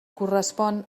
correspon